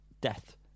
death